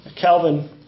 Calvin